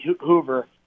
Hoover